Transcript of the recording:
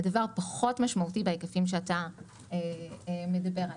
הדבר פחות משמעותי בהיקפים שאתה מדבר עליהם.